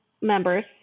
members